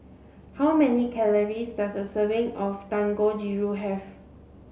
how many calories does a serving of Dangojiru have